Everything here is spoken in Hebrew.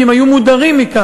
כי הם היו מודרים מכך.